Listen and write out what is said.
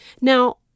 Now